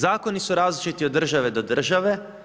Zakoni su različiti od države do države.